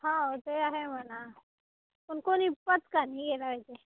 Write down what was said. हो ते आहे म्हणा पण कोणी पचका नाही केला पाहिजे